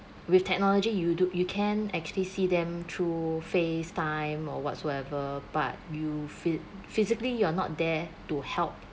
with technology you do you can actually see them through FaceTime or whatsoever but you phy~ physically you're not there to help